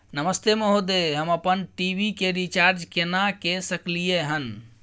नमस्ते महोदय, हम अपन टी.वी के रिचार्ज केना के सकलियै हन?